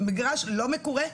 מגרש לא מקורה,